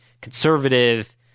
conservative